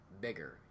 bigger